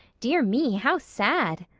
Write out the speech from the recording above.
dear me, how sad!